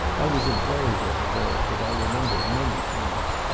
i was a very little girl, but i remember many things.